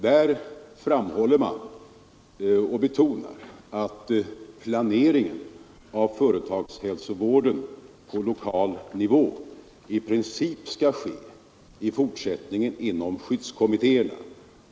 Där betonar man att planeringen av företagshälsovården på lokal nivå i fortsättningen i princip skall ske inom skyddskommittéerna.